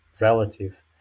relative